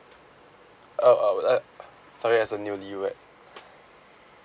oh I would like ugh sorry as a newly wed